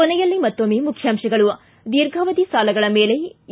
ಕೊನೆಯಲ್ಲಿ ಮತ್ತೊಮ್ಮೆ ಮುಖ್ಯಾಂಶಗಳು ಿ ದೀರ್ಘಾವಧಿ ಸಾಲಗಳ ಮೇಲೆ ಇ